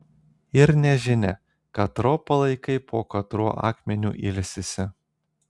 ir nežinia katro palaikai po katruo akmeniu ilsisi